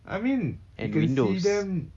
I mean you can see them